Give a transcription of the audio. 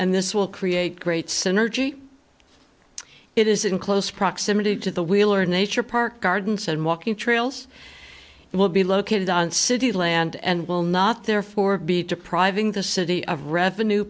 and this will create great synergy it is in close proximity to the wheeler nature park gardens and walking trails will be located on city land and will not therefore be depriving the city of revenue